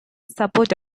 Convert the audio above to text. support